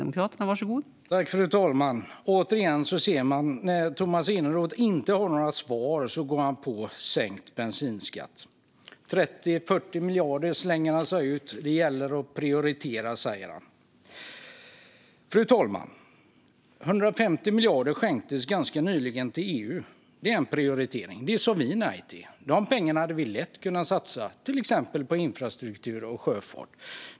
Fru talman! Återigen ser man att när Tomas Eneroth inte har några svar går han på sänkt bensinskatt. 30-40 miljarder, slänger han ur sig. Det gäller att prioritera, säger han. Fru talman! 150 miljarder skänktes ganska nyligen till EU. Det är en prioritering. Detta sa vi nej till. Dessa pengar hade vi lätt kunnat satsa på till exempel infrastruktur och sjöfart.